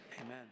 amen